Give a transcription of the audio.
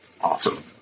awesome